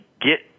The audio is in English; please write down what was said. get